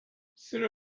sooner